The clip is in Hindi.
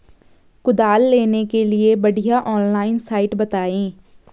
कुदाल लेने के लिए बढ़िया ऑनलाइन साइट बतायें?